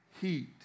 heat